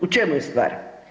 U čemu je stvar?